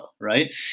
right